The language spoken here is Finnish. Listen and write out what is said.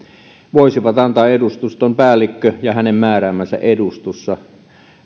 voisivat antaa edustuston päällikkö ja hänen määräämänsä edustustossa